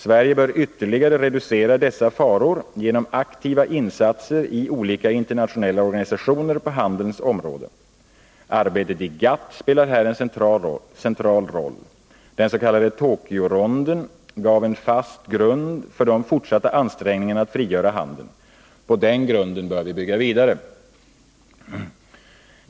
Sverige bör ytterligare reducera dessa faror genom aktiva insatser i olika internationella organisationer på handelns område. Arbetet i GATT spelar här en central roll. Den s.k. Tokyoronden gav en fast grund för de fortsatta ansträngningarna att frigöra handeln. På den grunden bör vi bygga vidare.